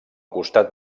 costat